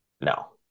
No